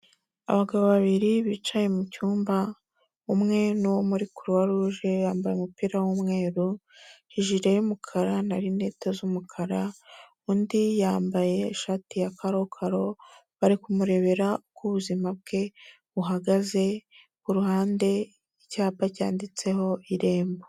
Abagabo babiri bicaye mu cyumba, umwe ni uwo muri Croix Rouge yambaye umupira w'umweru, ijire y'umukara na rinete z'umukara, undi yambaye ishati ya karokaro, bari kumurebera uko ubuzima bwe buhagaze, ku ruhande icyapa hari cyanditseho lrembo.